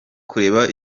kureba